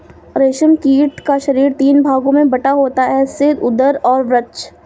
रेशम कीट का शरीर तीन भागों में बटा होता है सिर, उदर और वक्ष